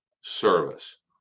service